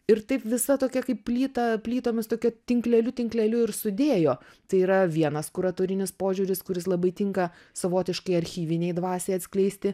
ir taip visa tokia kaip plyta plytomis tokia tinkleliu tinkleliu ir sudėjo tai yra vienas kuratorinis požiūris kuris labai tinka savotiškai archyvinei dvasiai atskleisti